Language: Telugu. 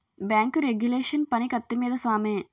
బేంకు రెగ్యులేషన్ పని కత్తి మీద సామే